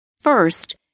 first